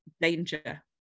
danger